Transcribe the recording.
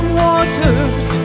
waters